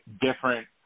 different